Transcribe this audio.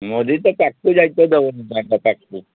ମୋଦି ତ